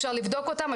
אפשר לבדוק אותם,